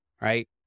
right